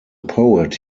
poet